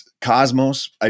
Cosmos